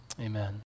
amen